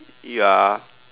you are